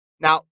Now